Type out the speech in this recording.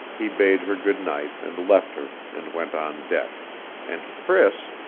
he bade her good night and left her, and went on deck and priss,